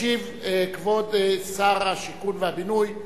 ישיב כבוד שר השיכון והבינוי,